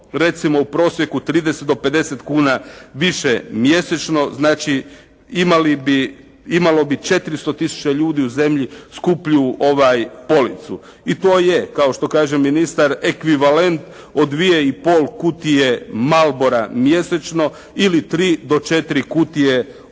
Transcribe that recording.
recimo u prosjeku 30 do 50 kuna više mjesečno znači imali bi, imalo bi 400 tisuća ljudi u zemlji skuplju policu. I to je kao što kaže ministar ekvivalent od dvije i pol kutije Malbora mjesečno ili 3 do 4 kutije ovog